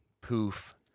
poof